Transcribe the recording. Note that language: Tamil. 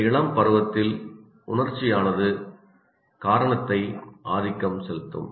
இந்த இளம் பருவத்தில் உணர்ச்சியானது காரணத்தை ஆதிக்கம் செலுத்தும்